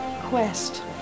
quest